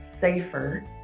safer